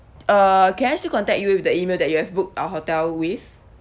uh can I still contact you with the email that you have booked our hotel with